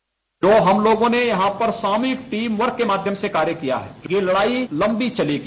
bite जो हम लोगो ने यहाँ पर टीम वर्क के माध्यम से कार्य किया है ये लड़ाई लम्बी चलेगी